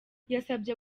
yabasabye